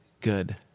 good